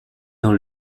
dans